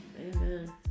Amen